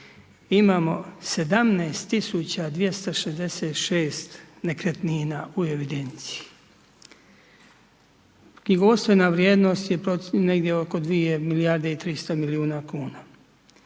imamo 17266 nekretnina u evidenciji. Knjigovodstvena vrijednost je negdje oko 2 milijarde i 300 milijuna kuna.